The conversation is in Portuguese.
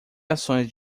ações